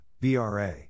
BRA